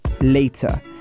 later